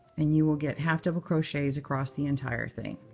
and you will get half double crochets across the entire thing.